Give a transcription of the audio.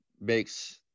makes